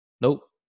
nope